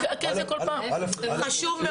כי כל פעם --- לא,